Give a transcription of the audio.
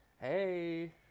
Hey